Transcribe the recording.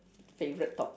favorite topi~